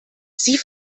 sie